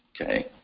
okay